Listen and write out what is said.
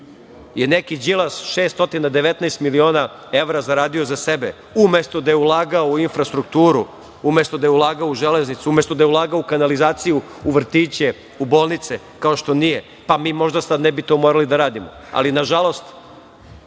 neki Đilas 619 miliona evra zaradio za sebe, umesto da je ulagao u infrastrukturu, umesto da je ulagao u železnicu, umesto da je ulagao u kanalizaciju, u vrtiće, u bolnice, kao što nije, pa mi možda sada to ne bi morali da radimo, ali nažalost